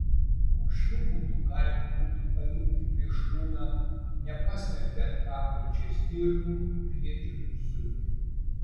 o šiuo būdu galima būtų paimti plėšrūną nepasmerkiant prapulčiai stirnų briedžių ir zuikių